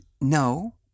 No